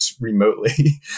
remotely